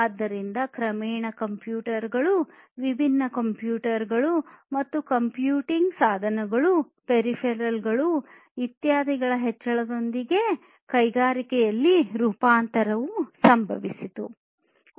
ಆದ್ದರಿಂದ ಕ್ರಮೇಣ ಕಂಪ್ಯೂಟರ್ಗಳು ವಿಭಿನ್ನ ಕಂಪ್ಯೂಟರ್ ಗಳು ಮತ್ತು ಕಂಪ್ಯೂಟಿಂಗ್ ಸಾಧನಗಳು ಪೆರಿಫೆರಲ್ಗಳು ಇತ್ಯಾದಿಗಳ ಹೆಚ್ಚಳದೊಂದಿಗೆ ಕೈಗಾರಿಕೆಗಳಲ್ಲಿ ರೂಪಾಂತರವೂ ಸಂಭವಿಸಿತು